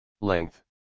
Length